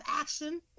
action